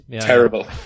terrible